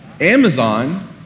Amazon